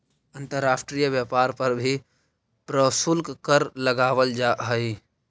अंतर्राष्ट्रीय व्यापार पर भी प्रशुल्क कर लगावल जा हई